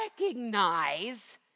recognize